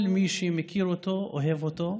כל מי שמכיר אותו אוהב אותו,